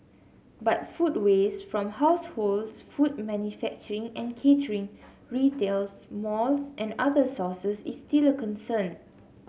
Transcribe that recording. but food waste from households food manufacturing and catering retails malls and other sources is still a concern